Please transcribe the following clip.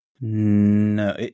No